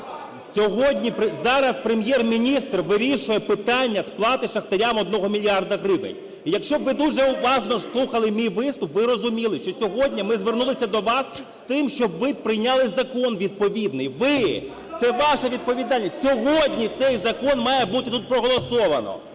зараз Прем'єр-міністр вирішує питання сплати шахтарям 1 мільярда гривень. І якщо ви дуже уважно слухали мій виступ, ви розуміли, що сьогодні ми звернулися до вас з тим, щоб ви прийняли закон відповідний. Ви, це ваша відповідальність! Сьогодні цей закон має бути тут проголосовано.